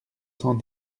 cent